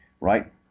right